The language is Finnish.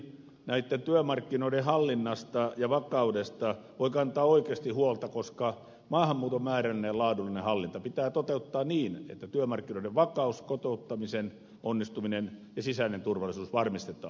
myöskin työmarkkinoiden hallinnasta ja vakaudesta voi kantaa oikeasti huolta koska maahanmuuton määrällinen ja laadullinen hallinta pitää toteuttaa niin että työmarkkinoiden vakaus kotouttamisen onnistuminen ja sisäinen turvallisuus varmistetaan